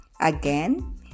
Again